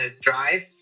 drive